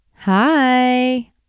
Hi